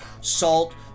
salt